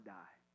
die